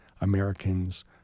Americans